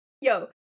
yo